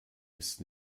ist